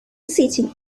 seating